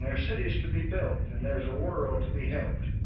are cities to be built, and there's a world to be helped.